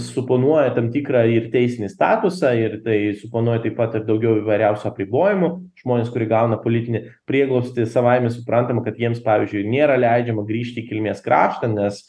suponuoja tam tikrą ir teisinį statusą ir tai suponuoja taip pat ir daugiau įvairiausių apribojimų žmonės kurie gauna politinį prieglobstį savaime suprantama kad jiems pavyzdžiui nėra leidžiama grįžti į kilmės kraštą nes